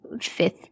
fifth